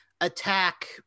attack